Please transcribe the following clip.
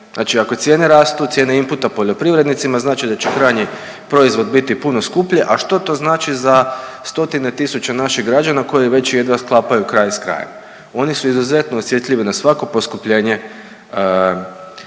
Znači ako cijene rastu, cijene imputa poljoprivrednicima znači da će krajnji proizvod biti puno skuplji, a što to znači za stotine tisuća naših građani koji već jedva skapaju kraj s krajem. Oni su izuzetno osjetljivi na svako poskupljenje